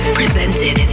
presented